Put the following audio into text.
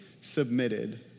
submitted